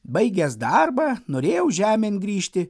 baigęs darbą norėjau žemėn grįžti